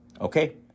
Okay